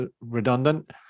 redundant